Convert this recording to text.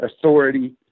authority